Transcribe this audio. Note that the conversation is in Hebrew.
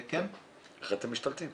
איך אתם משתלטים?